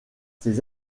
ces